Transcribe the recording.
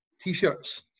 t-shirts